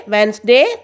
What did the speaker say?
Wednesday